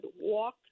walk